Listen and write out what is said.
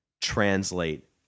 translate